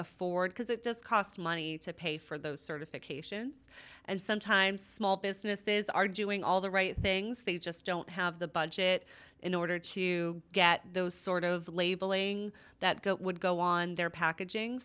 afford because it does cost money to pay for those certifications and sometimes small businesses are doing all the right things they just don't have the budget in order to get those sort of labeling that go would go on their packaging